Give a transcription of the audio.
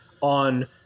on